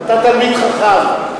תלמיד חכם.